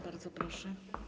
Bardzo proszę.